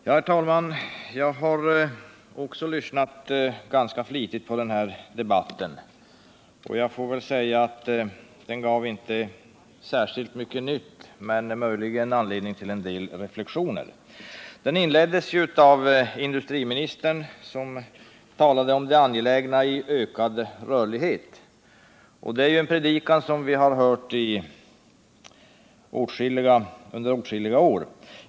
Herr talman! Även jag har lyssnat ganska flitigt på denna debatt. Den har inte givit särskilt mycket nytt men möjligen anledning till en del reflexioner. Debatten inleddes av industriministern, som talade om det angelägna i ökad rörlighet. Det är en predikan som vi har hört under åtskilliga år.